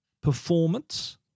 performance